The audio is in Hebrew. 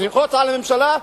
ללחוץ על הממשלה,